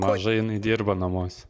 mažai jinai dirba namuose